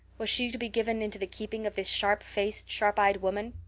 was she to be given into the keeping of this sharp-faced, sharp-eyed woman?